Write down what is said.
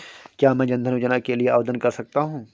क्या मैं जन धन योजना के लिए आवेदन कर सकता हूँ?